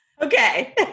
Okay